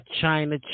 china